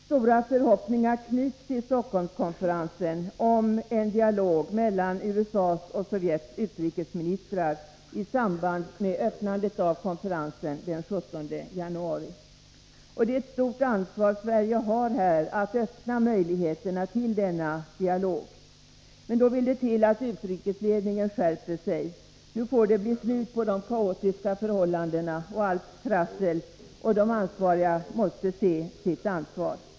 Stora förhoppningar knyts till Stockholmskonferensen om en dialog mellan USA:s och Sovjets utrikesministrar i samband med öppnandet av konferensen den 17 januari. Sverige har här ett stort ansvar när det gäller att skapa möjligheter till en sådan dialog. Men då vill det till att utrikesledningen skärper sig. Nu får det bli slut på de kaotiska förhållandena på UD och allt trassel. De berörda måste ta sitt ansvar.